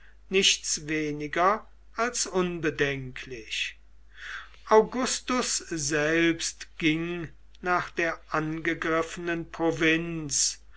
nichts weniger als unbedenklich augustus selbst ging nach der angegriffenen provinz